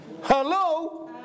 hello